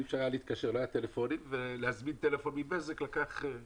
גם לקח אז